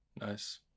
Nice